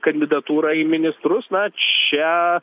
kandidatūrą į ministrus na čia